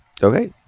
okay